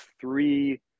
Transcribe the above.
three